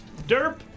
Derp